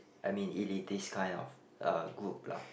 I mean elitist kind of uh group lah